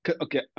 okay